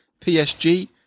PSG